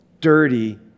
dirty